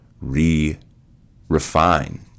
re-refine